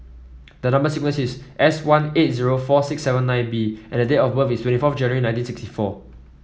the number sequence is S one eight zero four six seven nine B and date of birth is twenty four January nineteen sixty four